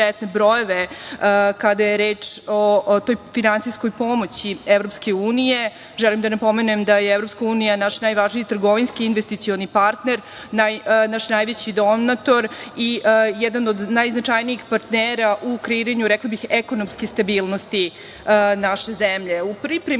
brojeve kada je reč o toj finansijskoj pomoći EU, želim da napomenem da je EU naš najvažniji trgovinski investicioni partner, naš najveći donator i jedan od najznačajnijih partnera u kreiranju, rekla bih, ekonomske stabilnosti naše zemlje.U pripremi